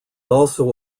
also